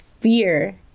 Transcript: fear